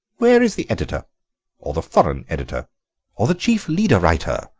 where is the editor or the foreign editor or the chief leader writer?